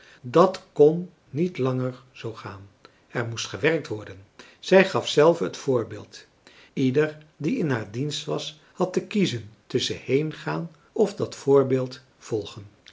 dat kon niet langer zoo gaan er moest gewerkt worden zij gaf zelve het voorbeeld ieder die in haar dienst was had te kiezen tusschen heengaan of dat voorbeeld volgen